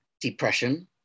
depression